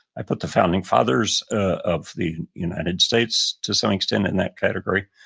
i put the founding fathers ah of the united states to some extent in that category.